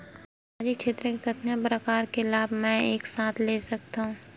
सामाजिक क्षेत्र के कतका प्रकार के लाभ मै एक साथ ले सकथव?